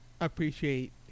appreciate